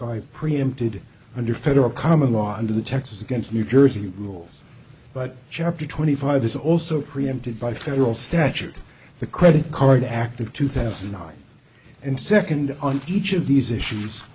five preempted under federal common law under the texas against new jersey rules but chapter twenty five is also preempted by federal statute the credit card act of two thousand and nine and second on each of these issues